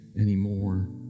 anymore